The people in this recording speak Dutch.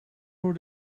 door